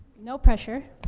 no pressure.